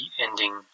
ending